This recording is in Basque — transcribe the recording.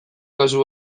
kasu